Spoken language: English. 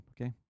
Okay